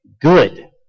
Good